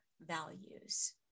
values